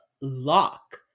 lock